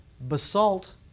basalt